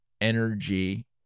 energy